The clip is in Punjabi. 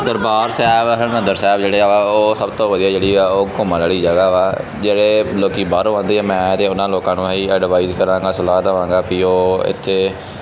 ਦਰਬਾਰ ਸਾਹਿਬ ਹਰਿਮੰਦਰ ਸਾਹਿਬ ਜਿਹੜਾ ਵਾ ਉਹ ਸਭ ਤੋਂ ਵਧੀਆ ਜਿਹੜੀ ਆ ਉਹ ਘੁੰਮਣ ਵਾਲੀ ਜਗ੍ਹਾ ਵਾ ਜਿਹੜੇ ਲੋਕ ਬਾਹਰੋਂ ਆਉਂਦੇ ਹੈ ਮੈਂ ਤਾਂ ਉਹਨਾਂ ਲੋਕਾਂ ਨੂੰ ਇਹੀ ਅਡਵਾਇਸ ਕਰਾਂਗਾ ਸਲਾਹ ਦੇਵਾਂਗਾ ਪੀ ਉਹ ਇੱਥੇ